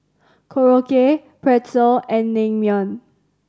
Korokke Pretzel and Naengmyeon